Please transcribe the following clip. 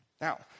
Now